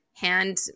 hand